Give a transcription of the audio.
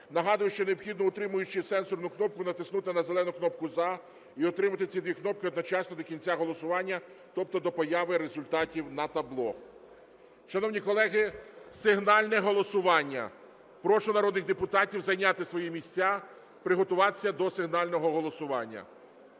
Нагадую, що необхідно, утримуючи сенсорну кнопку, натиснути на зелену кнопку "За" і утримувати ці дві кнопки одночасно до кінця голосування, тобто до появи результатів на табло. Шановні колеги, сигнальне голосування. Прошу народних депутатів зайняти свої місця, приготуватися до сигнального голосування.